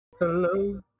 Hello